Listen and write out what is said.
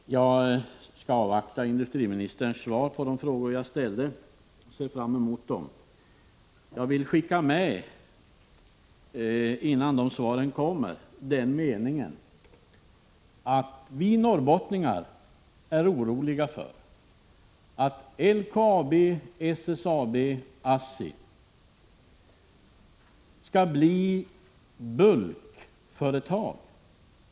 Herr talman! Jag skall avvakta industriministerns svar på de frågor jag ställde, och jag ser med intresse fram mot svaren. Men innan dessa svar kommer vill jag framhålla att vi norrbottningar är oroliga för att LKAB, SSAB och ASSI till slut skall bli bulkföretag.